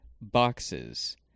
boxes